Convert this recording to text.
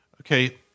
okay